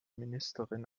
ministerin